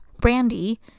Brandy